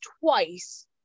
twice